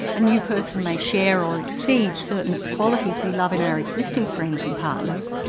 a new person may share or exceed certain of the qualities we love in our existing friends and partners,